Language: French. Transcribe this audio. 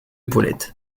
paulette